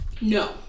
No